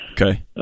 Okay